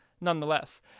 nonetheless